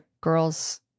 girl's